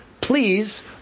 Please